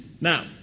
Now